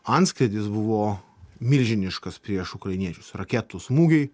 antskrydis buvo milžiniškas prieš ukrainiečius raketų smūgiai